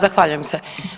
Zahvaljujem se.